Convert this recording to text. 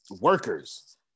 workers